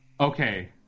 Okay